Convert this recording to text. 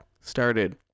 started